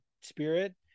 spirit